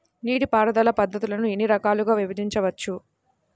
నీటిపారుదల పద్ధతులను ఎన్ని రకాలుగా విభజించవచ్చు?